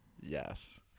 Yes